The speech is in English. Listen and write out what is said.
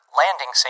landing